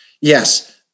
yes